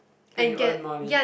and you earn money